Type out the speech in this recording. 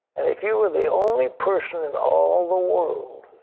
and if you and the only person in all the world,